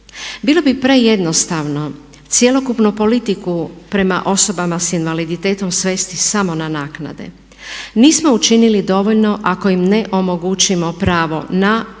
Bilo bi prejednostavno cjelokupnu politiku prema osobama s invaliditetom svesti samo na naknade. Nismo učinili dovoljno ako im ne omogućimo pravo na primjerenu